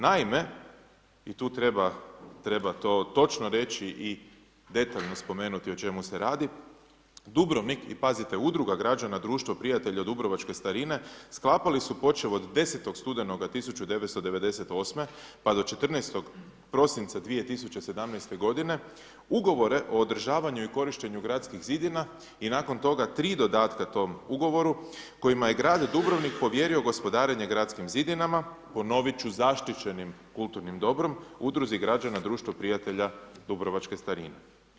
Naime, i tu treba to točno reći i detaljno spomenuti o čemu se radi, Dubrovnik i pazite udruga građana Društvo prijatelja Dubrovačke starine, sklapali su počev od 10. studenoga 1998. pa do 14. prosinca 2017. g., ugovore o održavanju i korištenju gradskih zidina i nakon toga tri dodatka tom ugovoru kojima je grad Dubrovnik povjerio gospodarenje gradskim zidinama, ponovit ću, zaštićenim kulturnim dobrom, udruzi građana Društvo prijatelja Dubrovačke starine.